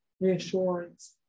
reassurance